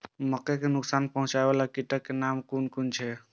मके के नुकसान पहुँचावे वाला कीटक नाम कुन कुन छै?